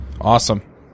Awesome